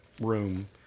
room